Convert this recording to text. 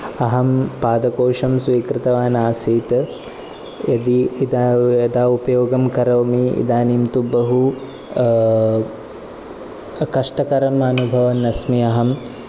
अहं पादकोशं स्वीकृतवान् आसीत् यदि इतः यदा उपयोगं करोमि इदानीं तु बहु कष्टकरम् अनुभवन् अस्मि अहम्